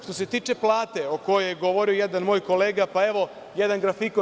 Što se tiče plate, o kojoj je govorio jedan moj kolega, pa evo, jedan grafikon.